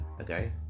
Okay